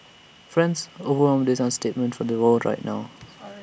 friends overwhelmed is the understatement of the world right now